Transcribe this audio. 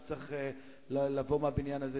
שצריך לבוא מהבניין הזה.